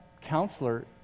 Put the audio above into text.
counselor